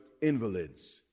invalids